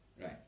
Right